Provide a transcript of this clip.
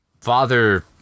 father